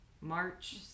March